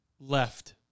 left